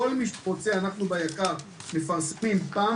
כל מי שרוצה אנחנו ביק"ר מפרסמים פעם